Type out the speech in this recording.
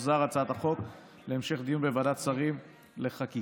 תוחזר הצעת החוק להמשך דיון בוועדת שרים לחקיקה.